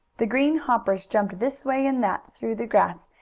the green hoppers jumped this way and that, through the grass,